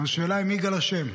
השאלה אם יגאל אשם.